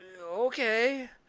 okay